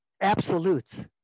absolutes